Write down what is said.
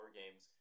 games